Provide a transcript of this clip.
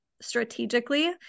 strategically